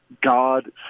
God